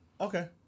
Okay